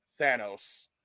Thanos